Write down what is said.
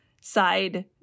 side